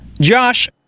Josh